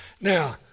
Now